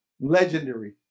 legendary